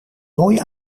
mooi